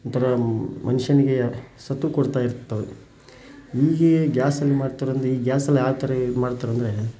ಒಂಥರ ಮನುಷ್ಯನಿಗೆ ಸತ್ವ ಕೊಡ್ತಾಯಿದ್ದವು ಹೀಗೆ ಗ್ಯಾಸಲ್ಲಿ ಮಾಡ್ತಾರೆಂದರೆ ಈ ಗ್ಯಾಸಲ್ಲಿ ಆ ಥರ ಇದ್ಮಾಡ್ತಾರೆಂದರೆ